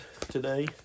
today